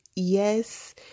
Yes